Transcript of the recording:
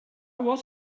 was